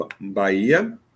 Bahia